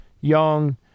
young